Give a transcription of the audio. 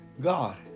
God